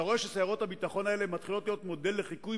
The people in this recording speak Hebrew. אתה רואה שסיירות הביטחון האלה מתחילות להיות מודל לחיקוי